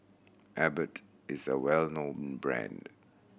Abbott is a well known brand